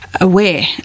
aware